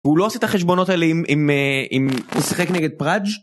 הוא לא עושה את החשבונות האלה עם הוא שיחק נגד פראג'?